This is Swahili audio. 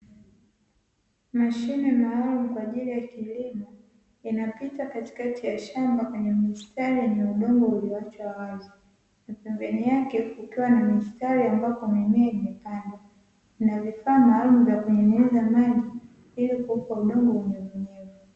Mashine maalumu kwa ajili ya kilimo, yanapita katikati ya shamba kwenye mistari yenye udongo ulioachwa wazi, na pembeni yake kukiwa na mistari ambako mimea imepandwa, na vifaa maalumu vya kunyunyiza maji ili kuupa udongo unyevunyevu.